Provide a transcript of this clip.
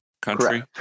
country